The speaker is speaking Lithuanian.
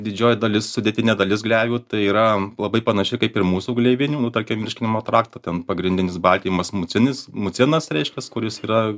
didžioji dalis sudėtinė dalis gleivių tai yra labai panaši kaip ir mūsų gleivinių nu tarkim virškinimo trakta ten pagrindinis baltymas mucinis mucinas reiškias kuris yra guli